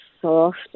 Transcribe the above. soft